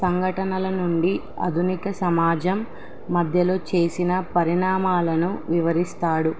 సంఘటనల నుండి ఆధునిక సమాజం మధ్యలో చేసిన పరిణామాలను వివరిస్తాడు